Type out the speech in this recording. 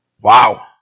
Wow